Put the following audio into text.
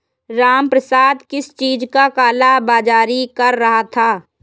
रामप्रसाद किस चीज का काला बाज़ारी कर रहा था